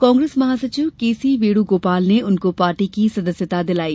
कांग्रेस महासचिव K C Venugopal ने उनको पार्टी की सदस्यता दिलाई